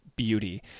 beauty